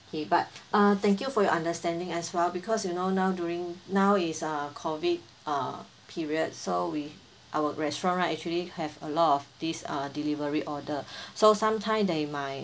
K but uh thank you for your understanding as well because you know now during now is uh COVID uh period so we our restaurant right actually have a lot of these uh delivery order so sometime they might